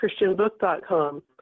ChristianBook.com